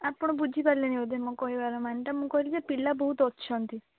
ଆପଣ ବୁଝିପାରିଲେନି ବୋଧେ ମୋ କହିବାର ମାନେଟା ମୁଁ କହିଲି ଯେ ପିଲା ବହୁତ ଅଛନ୍ତି